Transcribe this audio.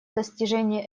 достижения